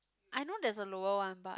I know there's a lower one but